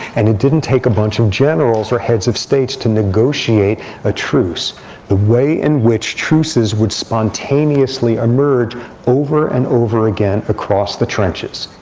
and it didn't take a bunch of generals or heads of states to negotiate a truce the way in which truces would spontaneously merge over and over again across the trenches.